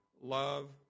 love